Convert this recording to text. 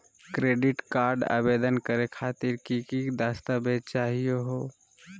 Credit card आवेदन करे खातिर की की दस्तावेज चाहीयो हो?